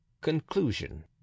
Conclusion